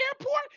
airport